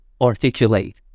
articulate